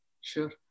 Sure